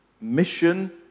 Mission